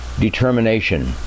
Determination